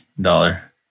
dollar